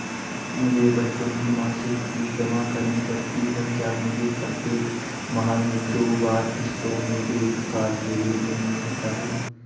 मुझे बच्चों की मासिक फीस जमा करनी पड़ती है क्या मुझे प्रत्येक माह में दो बार किश्तों में एक साल के लिए ऋण मिल सकता है?